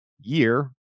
year